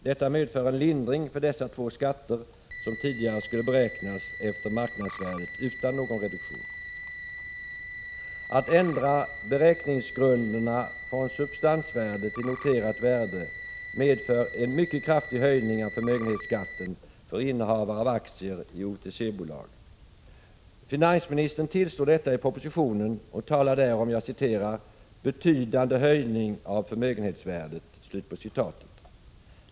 Detta medför en lindring av dessa två skatter, som tidigare skulle beräknas efter marknadsvärdet utan någon reduktion. En ändring av beräkningsgrunderna från substansvärde till noterat värde medför en mycket kraftig höjning av förmögenhetsskatten för innehavare av aktier i OTC-bolag. Finansministern tillstår detta i propositionen och talar där om ”betydande höjning av förmögenhetsvärdet”.